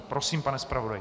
Prosím, pane zpravodaji.